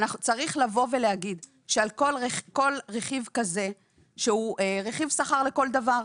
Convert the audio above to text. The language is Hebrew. צריך לבוא ולהגיד שכל רכיב כזה שהוא רכיב שכר לכל דבר,